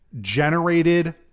generated